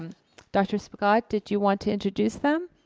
um dr. scott, did you want to introduce them?